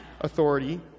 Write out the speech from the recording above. authority